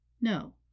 No